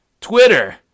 Twitter